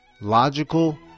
logical